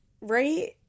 right